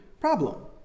problem